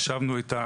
ישבנו איתה,